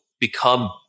become